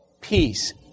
peace